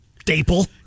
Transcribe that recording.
staple